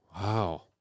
Wow